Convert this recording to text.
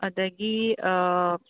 ꯑꯗꯒꯤ